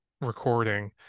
recording